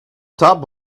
top